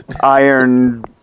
Iron